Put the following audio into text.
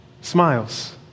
smiles